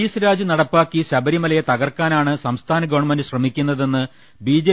police raj നടപ്പാക്കി ശബരിമലയെ തകർക്കാനാണ് സംസ്ഥാന ഗവൺമെന്റ് ശ്രമിക്കുന്നതെന്ന് ബി